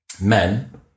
men